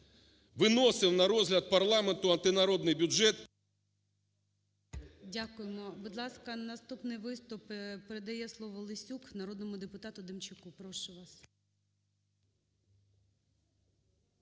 виносив на розгляд парламенту антинародний бюджет. ГОЛОВУЮЧИЙ. Дякуємо. Будь ласка, наступний виступ. Передає слово Лесюк народному депутату Демчаку, прошу вас.